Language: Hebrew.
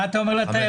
מה אתה אומר לתיירות?